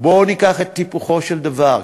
בואו ניקח את היפוכו של דבר,